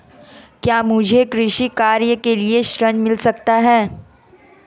क्या मुझे कृषि कार्य के लिए ऋण मिल सकता है?